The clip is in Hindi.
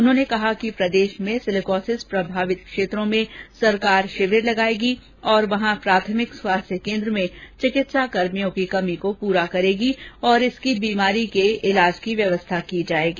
उन्होंने कहा कि प्रदेश में सिलिकोसिस प्रभावित क्षेत्रों में सरकार शिविर लगाएगी और वहां प्राथमिक स्वास्थ्य केन्द्र में चिकित्सा कर्मियों की कमी को पूरा करेगी और इसकी बीमारी के इलाज की व्यवस्था की जाएगी